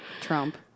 Trump